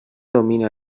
domina